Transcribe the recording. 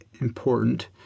important